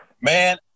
Man